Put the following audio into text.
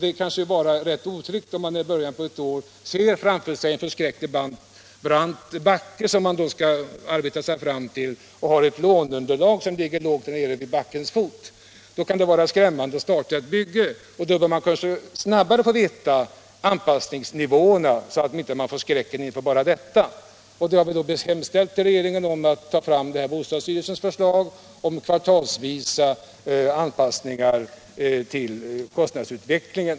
Det kan kännas mer eller mindre otryggt om man i början av ett år ser framför sig en mycket brant backe, som man skall arbeta sig över, och har ett lågt låneunderlag vid backens fot. Då kan det kännas avskräckande att starta ett bygge, och man borde — Nr 101 därför kanske snabbare kunna få kännedom om anpassningsnivåerna, Torsdagen den så att man inte grips av resignation inför denna utsikt. Vi har därför 31 mars 1977 hemställt till regeringen att den skall ta fasta på bostadsstyrelsens förslag = till kvartalsvisa anpassningar till kostnadsutvecklingen.